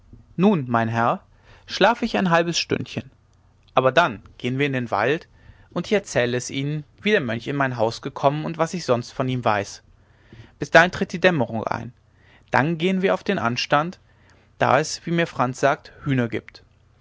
nun mein herr schlafe ich ein halbes stündchen aber dann gehen wir in den wald und ich erzähle es ihnen wie der mönch in mein haus gekommen und was ich sonst von ihm weiß bis dahin tritt die dämmerung ein dann gehen wir auf den anstand da es wie mir franz sagt hühner gibt